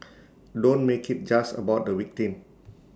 don't make IT just about the victim